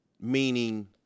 Meaning